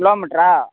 கிலோமீட்டரா